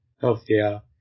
healthier